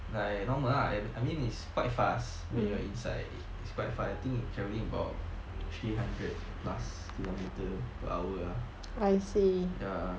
like normal lah I I mean it's quite fast when you're inside it it's quite fast I think travelling about three hundred plus kilometer per hour ya